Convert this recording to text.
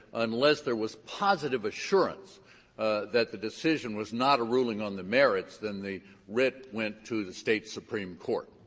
unless there was positive assurance that the decision was not a ruling on the merits, then the writ went to the state supreme court.